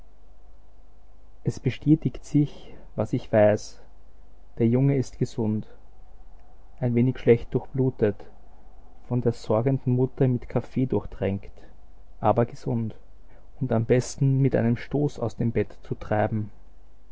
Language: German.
es bestätigt sich was ich weiß der junge ist gesund ein wenig schlecht durchblutet von der sorgenden mutter mit kaffee durchtränkt aber gesund und am besten mit einem stoß aus dem bett zu treiben